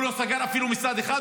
והוא לא סגר אפילו משרד אחד,